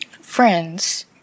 friends